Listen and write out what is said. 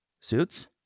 Suits